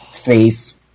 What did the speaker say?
face